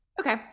okay